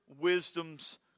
wisdom's